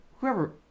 Whoever